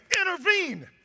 intervene